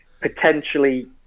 potentially